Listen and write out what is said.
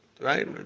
Right